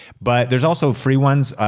but there's also free ones.